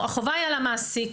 החובה היא על המעסיק.